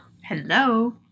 Hello